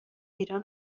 ایران